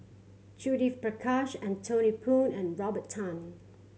Judith Prakash Anthony Poon and Robert Tan